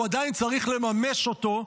הוא עדיין צריך לממש אותו,